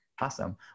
Awesome